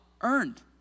Earned